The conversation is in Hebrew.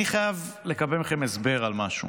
אני חייב לקבל מכם הסבר על משהו.